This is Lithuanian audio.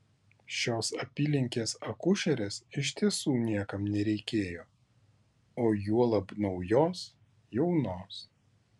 šios apylinkės akušerės iš tiesų niekam nereikėjo o juolab naujos jaunos